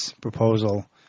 proposal